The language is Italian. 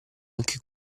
anche